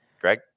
Greg